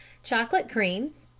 chocolate cremes,